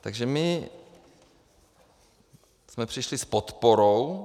Takže my jsme přišli s podporou.